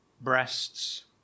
breasts